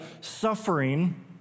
suffering